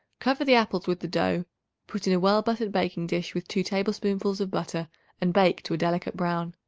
cover the apples with the dough put in a well-buttered baking-dish with two tablespoonfuls of butter and bake to a delicate brown.